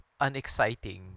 unexciting